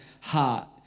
heart